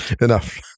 enough